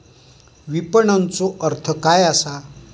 विपणनचो अर्थ काय असा?